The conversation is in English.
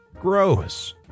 Gross